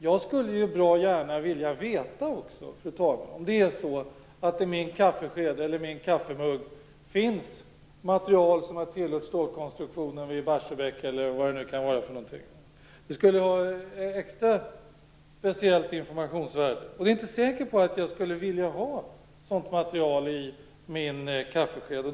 Jag skulle bra gärna vilja veta, fru talman, om det i min kaffesked eller min kaffemugg finns material som har tillhört stålkonstruktionen vid Barsebäck. Det skulle ha extra speciellt informationsvärde. Jag är inte säker på att jag skulle vilja ha ett sådant material i min kaffesked.